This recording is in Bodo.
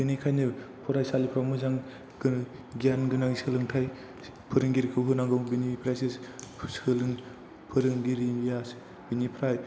बेनिखायनो फरायसालिफोराव मोजां गियान गोनां सोलोंथाय फोरोंगिरिखौ होनांगौ बेनिफ्रायसो फोरोंगिरिया